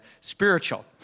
spiritual